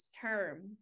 term